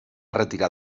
retirar